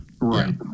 right